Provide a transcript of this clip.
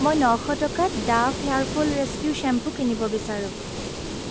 মই নশ টকাত Dove hair fall rescue shampoo কিনিব বিচাৰোঁ